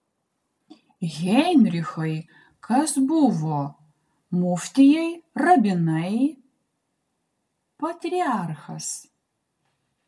heinrichai kas buvo muftijai rabinai patriarchas